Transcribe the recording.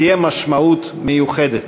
תהיה משמעות מיוחדת.